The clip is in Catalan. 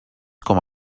com